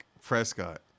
Prescott